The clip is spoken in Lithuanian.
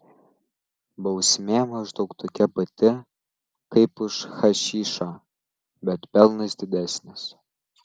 bausmė maždaug tokia pati kaip už hašišą bet pelnas didesnis